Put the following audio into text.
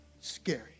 scary